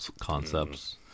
concepts